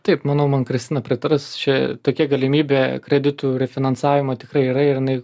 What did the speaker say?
taip manau man kristina pritars čia tokia galimybė kreditų refinansavimo tikrai yra ir jinai